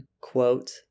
quote